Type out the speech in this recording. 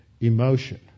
Emotion